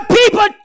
people